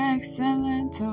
Excellent